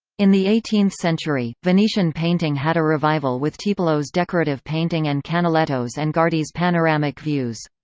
in the eighteenth century, venetian painting had a revival with tiepolo's decorative painting and canaletto's and guardi's panoramic views.